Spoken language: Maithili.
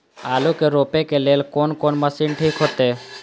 आलू के रोपे के लेल कोन कोन मशीन ठीक होते?